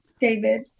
David